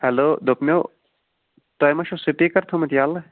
hello دوٚپمَو